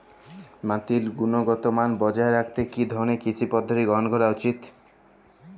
মাটির গুনগতমান বজায় রাখতে কি ধরনের কৃষি পদ্ধতি গ্রহন করা উচিৎ?